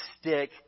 stick